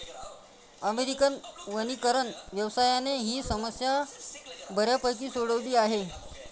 American वनीकरण व्यवसायाने ही समस्या बऱ्यापैकी सोडवली आहे